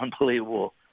unbelievable –